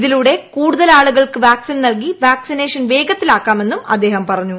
ഇതിലൂടെ കൂടുതൽ ആളുകൾക്ക് വാക്സിൻ നൽകി വാക്സിനേഷൻ വേഗത്തിലാക്കാമെന്നും അദ്ദേഹം പറഞ്ഞു